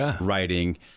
writing